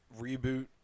Reboot